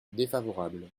défavorable